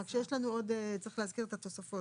כן, רק שיש לנו עוד, צריך להזכיר את התוספות.